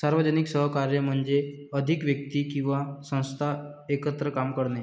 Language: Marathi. सार्वजनिक सहकार्य म्हणजे अधिक व्यक्ती किंवा संस्था एकत्र काम करणे